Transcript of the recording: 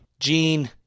Gene